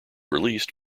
released